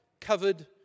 covered